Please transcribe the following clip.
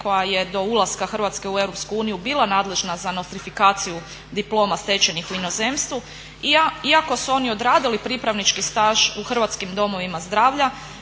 koja je do ulaska Hrvatske u EU bila nadležna za nostrifikaciju diploma stečenih u inozemstvu. Iako su oni odradili pripravnički staž u hrvatskim domovima zdravlja